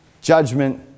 judgment